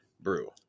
brew